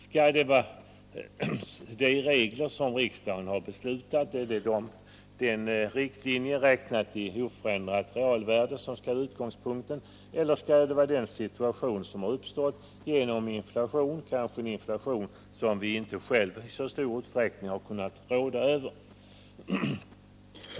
Skall de regler som riksdagen har beslutat om eller ett oförändrat realvärde vara utgångspunkten, eller skall det vara den situation som har uppstått som en följd av inflationen — en inflation som vi kanske i själva verket inte i så stor utsträckning har kunnat råda över?